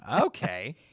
Okay